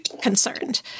concerned